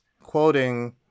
quoting